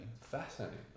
Fascinating